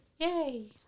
Yay